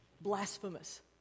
blasphemous